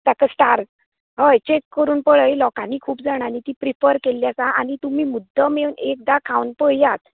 ताका स्टार्स होय चेक करून पळय लोकांनी खूब जाणांनी ती प्रिफर केल्ली आसा आनी तुमी मुद्दांम येवन एकदां खावन पळयात